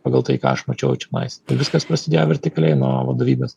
pagal tai ką aš mačiau čionais tai viskas prasidėjo vertikaliai nuo vadovybės